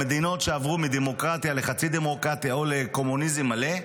במדינות שעברו מדמוקרטיה לחצי דמוקרטיה או לקומוניזם מלא,